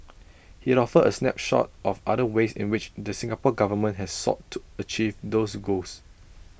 he offered A snapshot of other ways in which the Singapore Government has sought to achieve those goals